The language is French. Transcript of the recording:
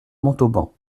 montauban